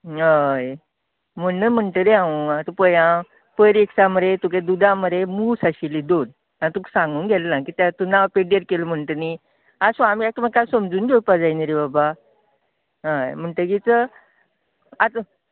हय म्हणून म्हणटा रे हांव आता पळय आं पयर एकदां मरे दुदांत मरे मूस आशिल्ले दोन हांवेन तुका सांगूक गेलें ना कित्याक तूं नांव पिड्यार केलें म्हणटा नी आसूं आमी एकामेकाक समजून घेवपाक जाय नी रे बाबा हय म्हणटगीच आतां